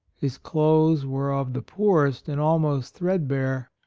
his clothes were of the poorest and almost thread bare.